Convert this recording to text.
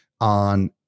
on